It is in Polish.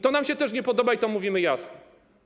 To nam się też nie podoba i to mówimy jasno.